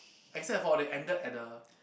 except for they ended at the